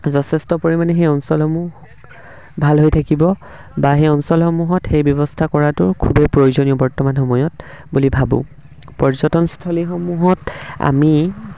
যথেষ্ট পৰিমাণে সেই অঞ্চলসমূহ ভাল হৈ থাকিব বা সেই অঞ্চলসমূহত সেই ব্যৱস্থা কৰাটো খুবেই প্ৰয়োজনীয় বৰ্তমান সময়ত বুলি ভাবোঁ পৰ্যটনস্থলীসমূহত আমি